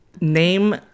name